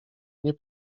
nie